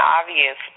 obvious